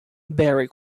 barry